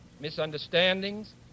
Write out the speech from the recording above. misunderstandings